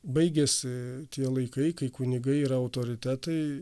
baigiasi tie laikai kai kunigai yra autoritetai